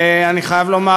אני חייב לומר,